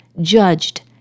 judged